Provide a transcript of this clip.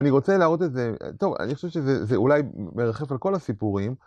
אני רוצה להראות איזה... טוב, אני חושב שזה אולי מרחף על כל הסיפורים.